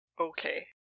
Okay